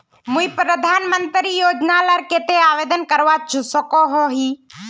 मुई प्रधानमंत्री योजना लार केते आवेदन करवा सकोहो ही?